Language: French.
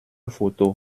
photo